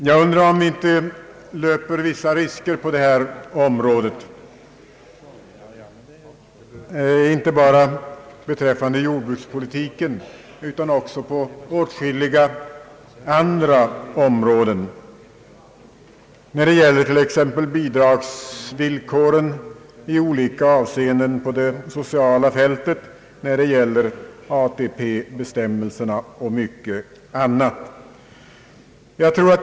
Jag undrar om vi inte löper vissa risker på detta område, inte bara beträffande jordbrukspolitiken utan också i åtskilliga andra avseenden, t.ex. när det gäller bidragsvillkoren på det sociala fältet, när det gäller ATP-bestämmelserna och mycket annat.